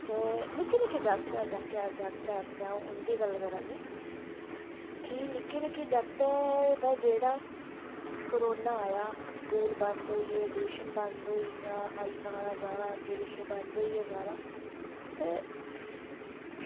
ते निक्के निक्के जागत् आस्तै अंऊ एह् गल्ल करा नी कि निक्के निक्के जगतें दा जेह्ड़ा कोरोना आया स्कूल बंद होई गे ट्यूशन बंद होइयां आना जाना बंद होई गेआ सारा ते